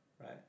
right